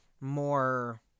more